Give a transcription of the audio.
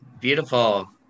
beautiful